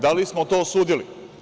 Da li smo to osudili?